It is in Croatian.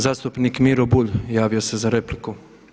Zastupnik Miro Bulj javio se za repliku.